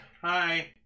Hi